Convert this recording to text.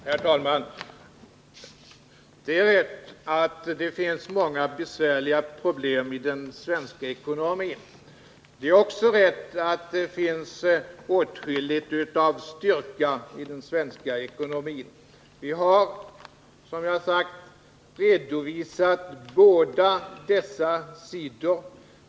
Herr talman! Det är rätt att det finns många besvärliga problem i den svenska ekonomin. Det är också rätt att det finns åtskilligt av styrka i den svenska ekonomin. Vi har, som jag sagt, redovisat båda dessa sidor.